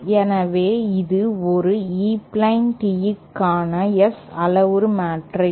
எனவே இது ஒரு E பிளேன் Teeக்கான S அளவுரு மேட்ரிக்ஸ்